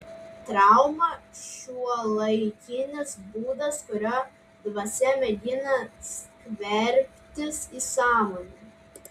trauma šiuolaikinis būdas kuriuo dvasia mėgina skverbtis į sąmonę